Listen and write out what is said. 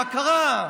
מה קרה?